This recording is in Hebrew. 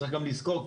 צריך לזכור,